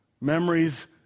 Memories